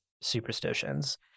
superstitions